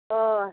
अह